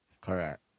Correct